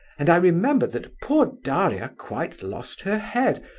and i remember that poor daria quite lost her head,